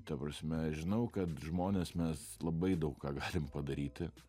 ta prasme aš žinau kad žmonės mes labai daug ką galim padaryti